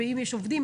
ואם יש עובדים,